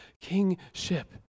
kingship